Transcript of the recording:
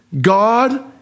God